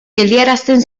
geldiarazten